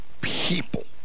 people